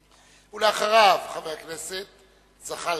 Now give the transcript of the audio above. פיניאן, ואחריו, חבר הכנסת זחאלקה.